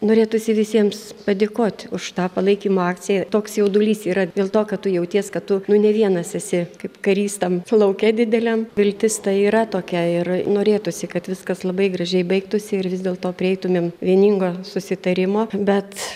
norėtųsi visiems padėkot už tą palaikymo akciją toks jaudulys yra dėl to kad tu jauties kad tu ne vienas esi kaip karys tam lauke dideliam viltis tai yra tokia ir norėtųsi kad viskas labai gražiai baigtųsi ir vis dėlto prieitumėm vieningo susitarimo bet